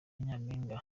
nyampinga